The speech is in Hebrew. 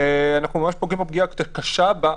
ואנחנו פוגעים פגיעה קשה.